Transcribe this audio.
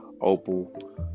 opal